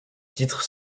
titre